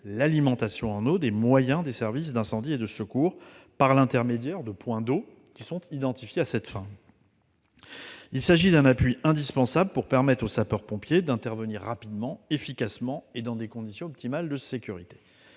l'alimentation en eau des moyens des services d'incendie et de secours, par l'intermédiaire de points d'eau identifiés à cette fin. Il s'agit d'un appui indispensable pour permettre aux sapeurs-pompiers d'intervenir rapidement, efficacement et dans des conditions optimales de sécurité.